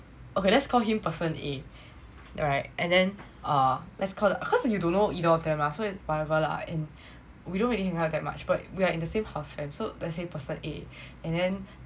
okay let's call him person a alright and then uh let's call cause you don't know either of them lah so it's whatever lah and we don't really hang out that much but we are in the same house fam so let's say person a and then